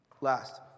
Last